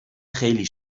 خیلی